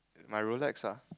my Rolex ah